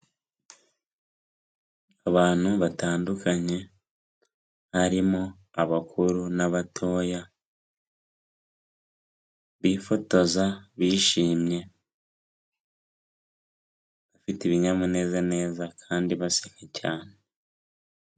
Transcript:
Abantu batandukanye harimo abakuru n'abatoya bifotoza bishimye bafite ibinyamunezaneza kandi baseka cyane.